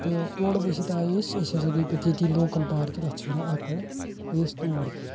تہٕ تورٕ ؤسِتھ آے أسۍ أسۍ ہَسا گٔے پَتہٕ ییٚتی لوکل پارکہِ تتھ چھِ ونان اکَڈ گٔے أسۍ تور تہِ